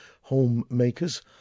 homemakers